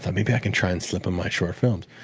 maybe i can try and slip him my short films.